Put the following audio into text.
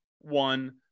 one